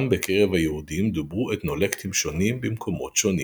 גם בקרב היהודים דוברו אתנולקטים שונים במקומות שונים.